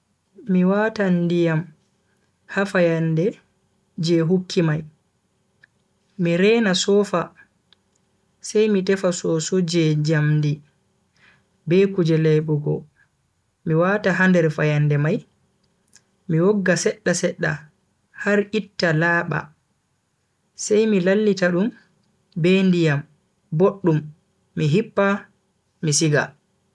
Mi watan ndiyam ha fayande je hukki mai, mi rena sofa sai mi tefa soso je njamdi be kuje laibugo mi wata ha nder fayande mai, mi wogga sedda-sedda har itta laaba. sai mi lallita dum be ndiyam boddam mi hippa mi siga.